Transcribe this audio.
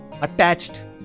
Attached